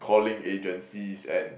calling agencies and